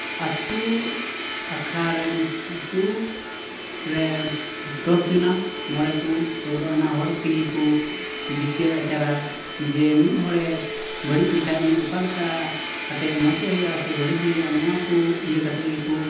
ᱟᱹᱛᱩ ᱟᱠᱷᱲᱟ ᱨᱮᱢ ᱟᱹᱛᱩ ᱨᱮ ᱫᱚᱥ ᱡᱚᱱᱟᱜ ᱢᱚᱬᱮ ᱠᱚ ᱥᱳᱞᱳ ᱟᱱᱟ ᱦᱚᱲ ᱛᱮᱜᱮ ᱠᱚ ᱵᱤᱪᱟᱹᱨ ᱟᱪᱟᱨᱟ ᱡᱮ ᱢᱤᱫ ᱦᱚᱲᱮ ᱵᱟᱹᱲᱤᱡ ᱞᱮᱠᱷᱟᱱ ᱩᱱᱤ ᱚᱠᱟ ᱞᱮᱠᱟ ᱠᱟᱛᱮᱫ ᱢᱚᱡᱮ ᱦᱩᱭᱩᱜᱼᱟ ᱥᱮ ᱵᱟᱹᱲᱤᱡᱮ ᱦᱩᱭᱩᱜᱼᱟ ᱱᱚᱣᱟ ᱠᱚ ᱤᱭᱟᱹ ᱠᱟᱛᱮᱫ ᱜᱮᱠᱚ